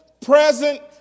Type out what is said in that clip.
present